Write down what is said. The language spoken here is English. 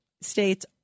States